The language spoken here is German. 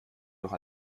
noch